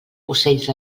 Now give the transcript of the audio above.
ocells